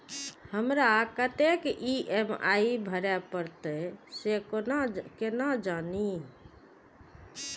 हमरा कतेक ई.एम.आई भरें परतें से केना जानब?